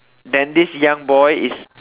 then this young boy is